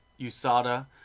USADA